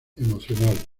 emocional